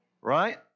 right